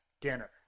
dinner